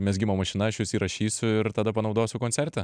mezgimo mašina aš jus įrašysiu ir tada panaudosiu koncerte